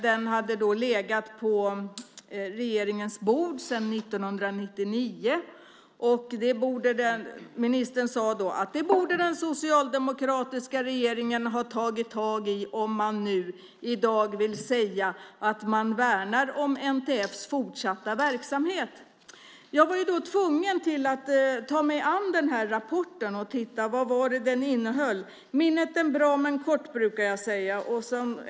Den hade då legat på regeringens bord sedan 1999. Ministern sade då att den socialdemokratiska regeringen borde ha tagit tag i rapporten då, om man i dag vill säga att man värnar om NTF:s fortsatta verksamhet. Jag var då tvungen att ta mig an rapporten och titta på vad den innehöll. Minnet är bra men kort, brukar jag säga.